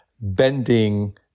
bending